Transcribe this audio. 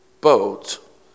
boat